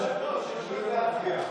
מבקש לבטל את ההצבעה.